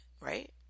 right